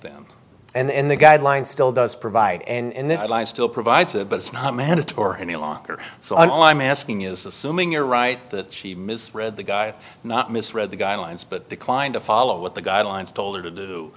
them and the guidelines still does provide and this line still provides a but it's not mandatory any longer so i'm all i'm asking is assuming you're right that she misread the guy not misread the guidelines but declined to follow what the guidelines told her to do